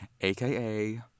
aka